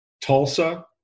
Tulsa